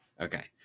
Okay